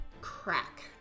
crack